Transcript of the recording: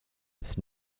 was